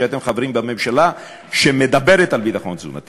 לא מצאתי הצעת חוק שלכם כשהייתם חברים בממשלה שמדברת על ביטחון תזונתי,